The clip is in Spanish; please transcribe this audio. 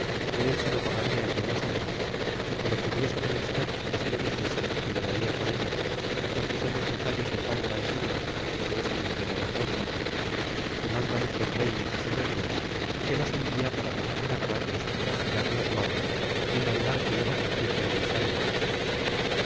que él se lo pagada en buenas obras é que lo que hubiese menester que se lo dixese que lo baria por ellos porque somos vasallos de tan gran señor que es el emperador don carlos que manda muchos reynos y señorlos y que nos envia para deshacer agravios y castigar los malos y mandar que no sacrifi casen mas ánimas